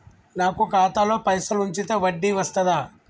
నాకు ఖాతాలో పైసలు ఉంచితే వడ్డీ వస్తదా?